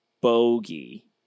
bogey